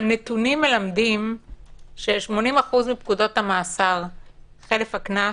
הנתונים מלמדים ש-80% מפקודות המאסר חלף הקנס